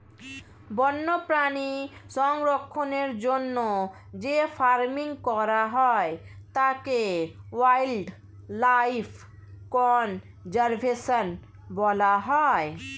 বন্যপ্রাণী সংরক্ষণের জন্য যে ফার্মিং করা হয় তাকে ওয়াইল্ড লাইফ কনজার্ভেশন বলা হয়